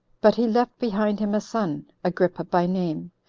but he left behind him a son, agrippa by name,